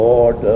Lord